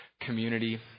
community